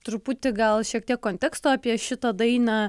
truputį gal šiek tiek konteksto apie šitą dainą